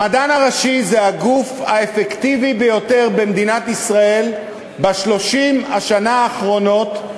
המדען הראשי הוא הגוף האפקטיבי ביותר במדינת ישראל ב-30 שנה האחרונות,